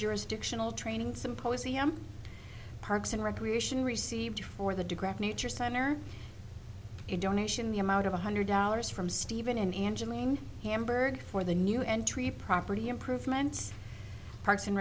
jurisdictional training symposium parks and recreation received for the digraph nature center a donation the amount of one hundred dollars from stephen and angeline hamburg for the new entry property improvements parks and